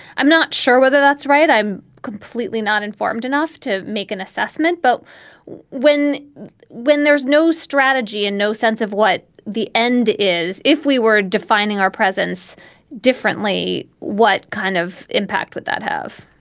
i'm not sure whether that's right i'm completely not informed enough to make an assessment, but when when there's no strategy and no sense of what the end is. if we were defining our presence differently, what kind of impact would that have?